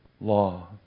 law